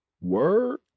Word